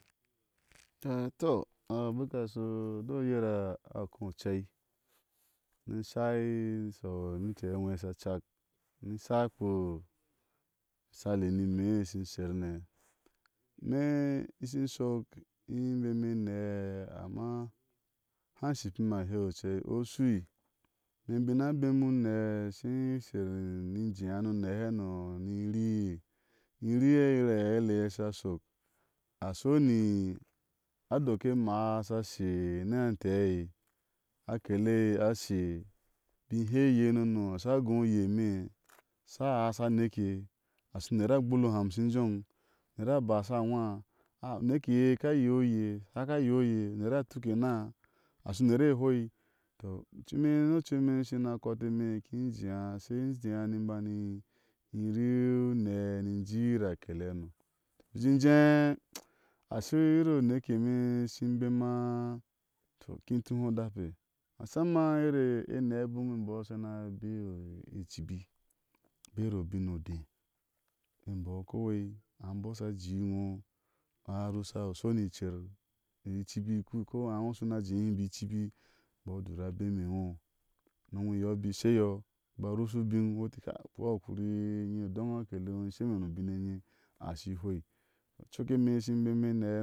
ah tɔ ah biki asdhɔ de o yiro a kó ocɛi ni shai ni inte anwe. sha cák ni in sha kpeao misali ni ime shi sherne ime idshi shɔk imbeme ɛnee amma ihai sjhikpime a heu ocei o shui, ime i bik na abeme o nɛɛ i shi sher ni jeea ni unɛ i shi sher ni jeea ni une hano ni in rii ni ri oyera aeile iye asha shiɔ ashɔni adoki e maá asha she ni antɛei akele iye ashe? Im bik hɛi iyɔ nomɔ asha gó oye ime? Asha aasha aneke ashau unera gbuloham shim joŋe uner basha anwa a uneke iye aka yea o oye aha yea o oye uner a tuke ina a shi u nere hoi tɔ u reme ni ocui ime isina kɔti eme ikin jeea shei in jeea ni e bani irii unɛ ni irii o yera akele hano bik inje ashe u uero u unekeme ishina bema tɔ in kin tuhe o dapoe ma samma u uɛre enee bome e mbɔɔ a shina beao e icibi bero a bin odé embɔɔ kowa nƴ mbɔɔ ash jee ino a rusha ushi oni icer ni icibi kowai ku kui ane ino shu na jeehi bo i kibi imboo a dur a abeme ino unome iyɔ i biki sheyɔ iba arushui ubin ino hɛti ka u kpea u hakuri enye u dona akede iŋo in sheme ni u biŋ renye ashi ihoi ceko e ime ishi bemi enɛ ha